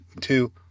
two